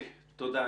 תודה.